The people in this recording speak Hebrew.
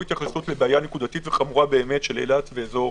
התייחסות לבעיה נקודתית וחמורה באמת של אילת ואזור